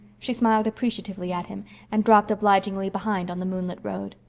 she smiled appreciatively at him and dropped obligingly behind on the moonlit road.